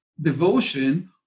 devotion